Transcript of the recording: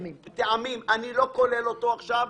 אני לא כולל אותו עכשיו,